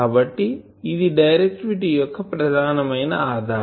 కాబట్టి ఇది డైరెక్టివిటీ యొక్క ప్రధానమైన ఆధారం